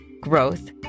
growth